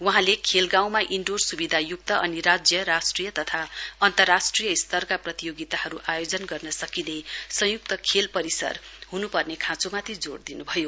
वहाँले खेल गाउँमा इन्डोर स्विधाय्क्त अनि राज्य राष्ट्रिय तथा अन्तर्राष्ट्रिय स्तरका प्रतियोगिताहरू आयोजना गर्न सकिने संयुक्त खेल परिसर ह्नुपर्ने खाँचोमाथि जोड दिन्भयो